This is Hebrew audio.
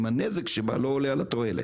אם הנזק בה לא עולה על התועלת?